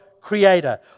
creator